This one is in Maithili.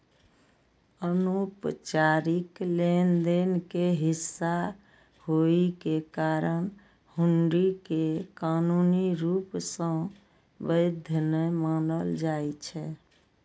अनौपचारिक लेनदेन के हिस्सा होइ के कारण हुंडी कें कानूनी रूप सं वैध नै मानल जाइ छै